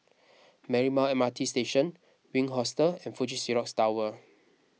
Marymount M R T Station Wink Hostel and Fuji Xerox Tower